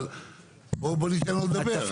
אבל בוא ניתן לא לדבר.